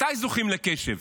מתי זוכים לקשב?